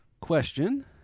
question